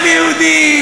זה יום היסטורי,